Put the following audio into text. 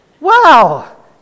wow